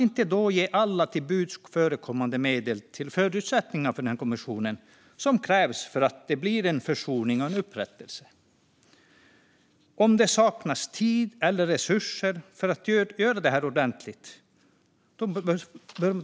Vi behöver med alla till buds stående medel ge kommissionen de förutsättningar som krävs för att det ska bli försoning och upprättelse. Den behöver få tid och resurser för att göra detta ordentligt.